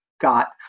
got